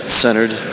centered